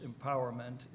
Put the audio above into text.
empowerment